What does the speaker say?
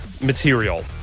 material